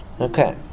Okay